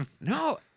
no